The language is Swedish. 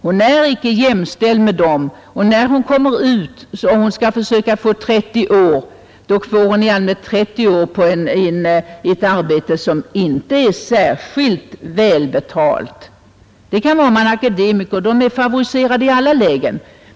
Hon är inte jämställd med dem, och när hon kommer ut och skall försöka få 30 pensionsgrundande år får hon det i allmänhet i ett arbete som inte är särskilt väl betalt. Hon kan få det om hon är akademiker — akademikerna är favoriserade i alla lägen.